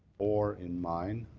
four in mine.